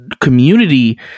community